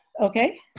Okay